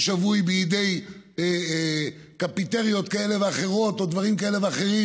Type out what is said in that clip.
הוא שבוי בידי קפיטריות כאלה ואחרות או דברים כאלה ואחרים,